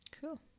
Cool